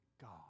God